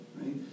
right